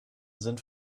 sind